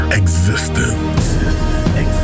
existence